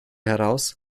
heraus